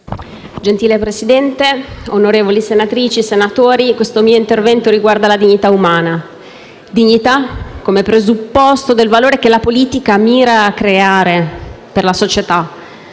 Gentile Presidente, onorevoli senatrici, senatori, questo mio intervento riguarda la dignità umana. Dignità come presupposto del valore che la politica mira a creare per la società.